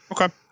Okay